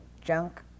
junk